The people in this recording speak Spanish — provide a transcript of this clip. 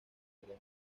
juntos